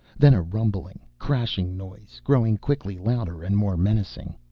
then a rumbling, crashing noise, growing quickly louder and more menacing.